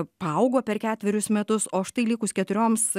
paaugo per ketverius metus o štai likus keturioms